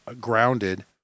grounded